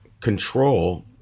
control